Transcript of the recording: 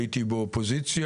הייתי באופוזיציה.